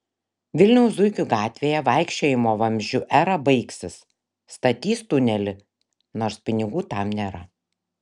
vilniaus zuikių gatvėje vaikščiojimo vamzdžiu era baigsis statys tunelį nors pinigų tam nėra